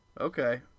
Okay